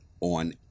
on